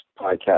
podcast